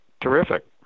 terrific